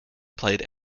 played